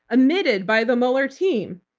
omitted by the mueller team?